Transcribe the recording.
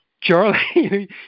Charlie